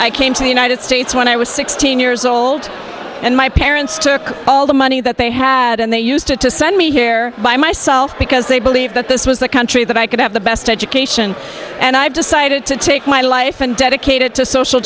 i came to the united states when i was sixteen years old and my parents took all the money that they had and they used it to send me hair by myself because they believe that this was the country that i could have the best education and i decided to take my life and dedicated to social